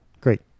Great